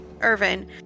Irvin